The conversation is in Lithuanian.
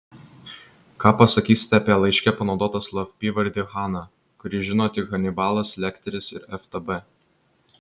ką pasakysite apie laiške panaudotą slapyvardį hana kurį žino tik hanibalas lekteris ir ftb